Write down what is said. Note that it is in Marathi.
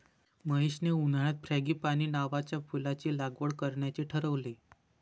महेशने उन्हाळ्यात फ्रँगीपानी नावाच्या फुलाची लागवड करण्याचे ठरवले